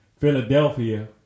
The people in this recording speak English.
Philadelphia